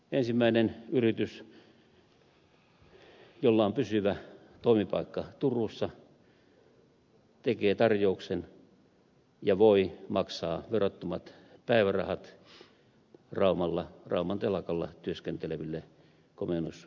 ensimmäinen yritys jolla on pysyvä toimipaikka turussa tekee tarjouksen ja voi maksaa verottomat päivärahat raumalla rauman telakalla työskenteleville komennusmiehille